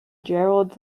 gerard